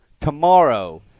tomorrow